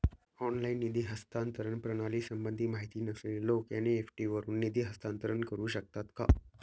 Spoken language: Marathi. ऑनलाइन निधी हस्तांतरण प्रणालीसंबंधी माहिती नसलेले लोक एन.इ.एफ.टी वरून निधी हस्तांतरण करू शकतात का?